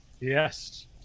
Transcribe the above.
Yes